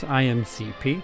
imcp